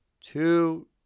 two